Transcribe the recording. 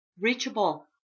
reachable